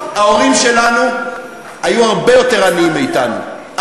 ההורים שלנו היו הרבה יותר עניים מאתנו,